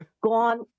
gone